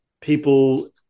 people